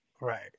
Right